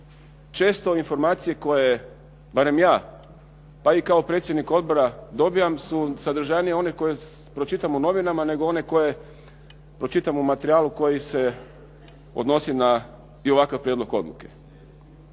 često informacije koje barem ja pa i kao predsjednik Odbora dobivam su sadržajnije one koje pročitam u novinama, nego one koje pročitam u materijalu koji se odnosi na ovakav prijedlog odluke.